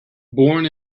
born